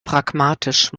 pragmatisch